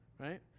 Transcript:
right